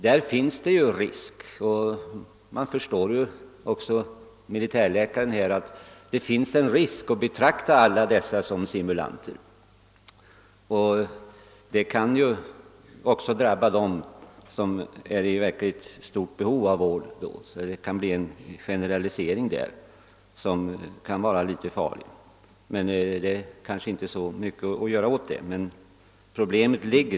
Där finns naturligtvis risken — och man förstår också militärläkaren — att alla dessa betraktas som simulanter, och där även de som är i stort behov av vård kan drabbas. Det kan alltså bli en ganska farlig generalisering. Detta kanske det inte går att göra så mycket åt, men problemet finns.